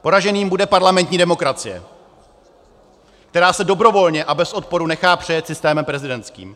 Poraženým bude parlamentní demokracie, která se dobrovolně a bez odporu nechá přejet systémem prezidentským.